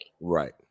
Right